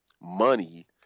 money